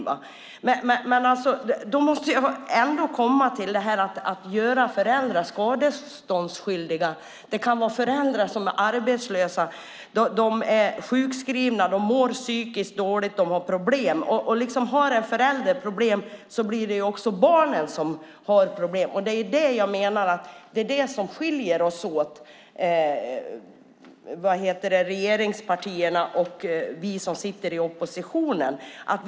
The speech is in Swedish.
Jag kommer ändå till att man förändrar skadeståndsskyldigheten. Det kan vara föräldrar som är arbetslösa, är sjukskrivna och mår psykiskt dåligt. Har en förälder problem blir det också så att barnen får problem. Det är där regeringspartierna och vi som sitter i oppositionen skiljer oss åt.